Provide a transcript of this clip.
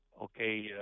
Okay